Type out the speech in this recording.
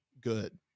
good